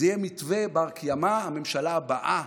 זה יהיה מתווה בר-קיימה, הממשלה הבאה